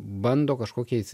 bando kažkokiais